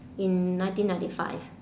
in nineteen ninety five